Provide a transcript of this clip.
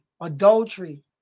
adultery